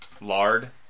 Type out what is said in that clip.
lard